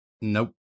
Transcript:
Nope